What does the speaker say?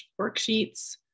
worksheets